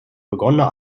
begonnene